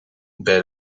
bij